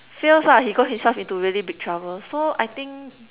fails lah he got himself into really big trouble so I think